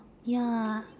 ya